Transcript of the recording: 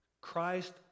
Christ